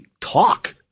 talk